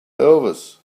elvis